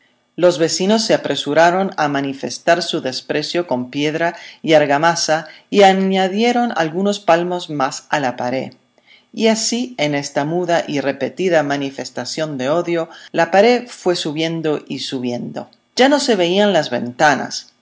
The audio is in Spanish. los vecinos se apresuraron a manifestar su desprecio con piedra y argamasa y añadieron algunos palmos más a la pared y así en esta muda y repetida manifestación de odio la pared fue subiendo y subiendo ya no se veían las ventanas